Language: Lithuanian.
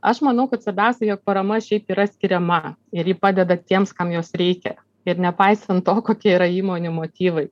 aš manau kad svarbiausia jog parama šiaip yra skiriama ir ji padeda tiems kam jos reikia ir nepaisant to kokie yra įmonių motyvai